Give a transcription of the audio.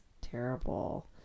terrible